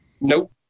Nope